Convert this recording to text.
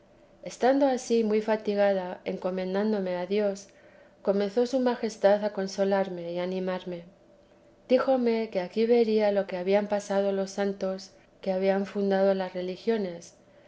estando ansí muy fatigada encomendándome a dios comenzó su majestad a consolarme y animarme díjome que aquí vería lo que habían pasado los santos que habían fundado las religiones